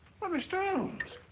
well, mr. holmes.